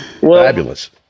fabulous